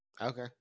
okay